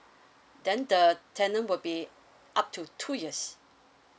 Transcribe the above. then the tenancy will be up to two years